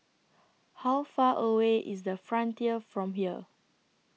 How Far away IS The Frontier from here